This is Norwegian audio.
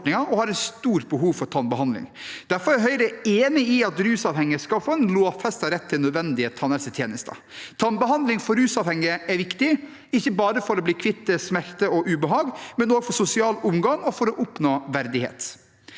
og stort behov for tannbehandling. Derfor er Høyre enig i at rusavhengige skal få en lovfestet rett til nødvendige tannhelsetjenester. Tannbehandling for rusavhengige er viktig, ikke bare for å bli kvitt smerter og ubehag, men også for sosial omgang og for å oppnå verdighet.